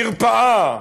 מרפאה.